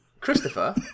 christopher